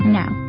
now